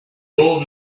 old